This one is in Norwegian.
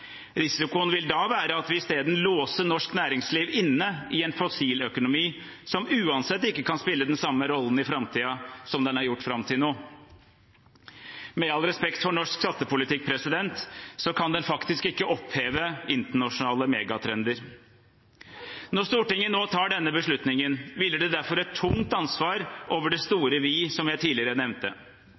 Risikoen vil da være at vi i stedet låser norsk næringsliv inne i en fossiløkonomi som uansett ikke kan spille den samme rollen i framtiden som den har gjort fram til nå. Med all respekt for norsk skattepolitikk kan den faktisk ikke oppheve internasjonale megatrender. Når Stortinget nå tar denne beslutningen, hviler det derfor et tungt ansvar over det store «vi» som jeg tidligere nevnte.